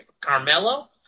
Carmelo